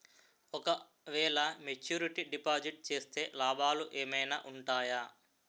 ఓ క వేల maturity deposit చేస్తే లాభాలు ఏమైనా ఉంటాయా?